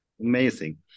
Amazing